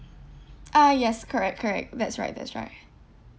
ah yes correct correct that's right that's right